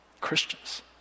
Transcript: Christians